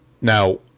now